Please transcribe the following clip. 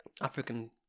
African